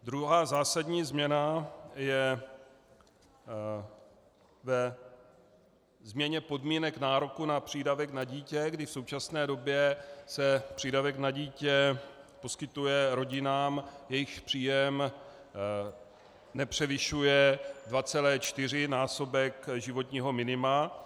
Druhá zásadní změna je ve změně podmínek nároku na přídavek na dítě, kdy v současné době se přídavek na dítě poskytuje rodinám, jejichž příjem nepřevyšuje 2,4násobek životního minima.